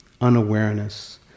unawareness